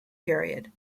period